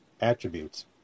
attributes